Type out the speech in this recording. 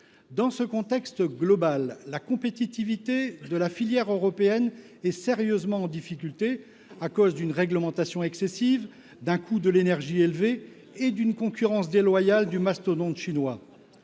Dans ce contexte global, la compétitivité de la filière européenne est sérieusement en difficulté à cause d’une réglementation excessive, d’un coût de l’énergie élevé et d’une concurrence déloyale du mastodonte chinois.